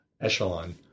echelon